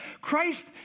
Christ